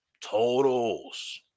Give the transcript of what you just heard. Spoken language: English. Totals